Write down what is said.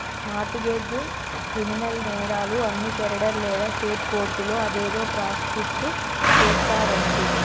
mart గెజ్, criminal నేరాలు అన్ని federal లేదా స్టేట్ కోర్టులో అదేదో ప్రాసుకుట్ చేస్తారంటి